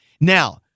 Now